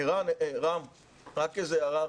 הערה אחת.